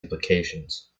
implications